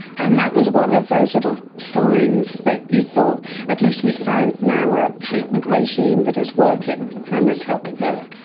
and that was one of those little signs that you thought at least we've found now a treatment regime that is working and that is helping her.